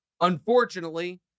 Unfortunately